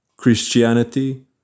Christianity